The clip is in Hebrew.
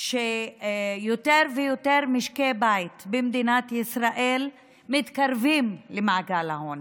שיותר ויותר משקי בית במדינת ישראל מתקרבים למעגל העוני.